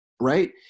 right